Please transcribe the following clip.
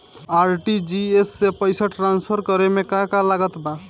RTGS से पईसा transfer करे मे का का लागत बा?